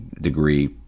degree